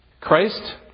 Christ